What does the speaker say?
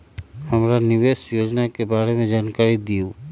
हमरा निवेस योजना के बारे में जानकारी दीउ?